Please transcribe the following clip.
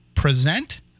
present